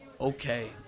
okay